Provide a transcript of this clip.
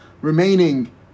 remaining